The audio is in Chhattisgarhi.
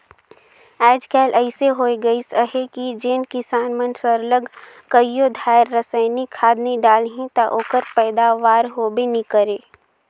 आएज काएल अइसे होए गइस अहे कि जेन किसान मन सरलग कइयो धाएर रसइनिक खाद नी डालहीं ता ओकर पएदावारी होबे नी करे